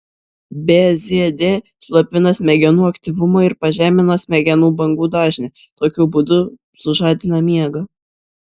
bzd slopina smegenų aktyvumą ir pažemina smegenų bangų dažnį tokiu būdu sužadina miegą